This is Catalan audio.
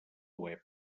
web